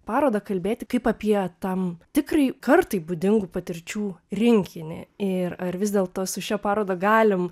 parodą kalbėti kaip apie tam tikrai kartai būdingų patirčių rinkinį ir ar vis dėlto su šia paroda galim